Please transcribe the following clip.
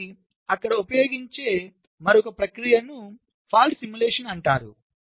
కాబట్టి అక్కడ ఉపయోగించే మరొక ప్రక్రియను ఫాల్ట్ సిమ్యులేషన్ అంటారు